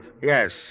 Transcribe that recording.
Yes